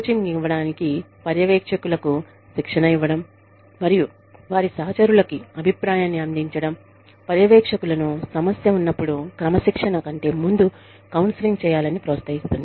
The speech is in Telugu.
కోచింగ్ ఇవ్వడానికి పర్యవేక్షకులకు శిక్షణ ఇవ్వడం మరియు వారి సహచరులకి అభిప్రాయాన్ని అందించడం పర్యవేక్షకులను సమస్య ఉన్నపుడు క్రమశిక్షణ కంటే ముందు కౌన్సెలింగ్ చేయాలని ప్రోత్సహిస్తుంది